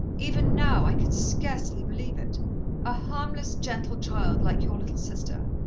even now, i can scarcely believe it a harmless, gentle child like your little sister,